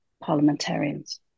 parliamentarians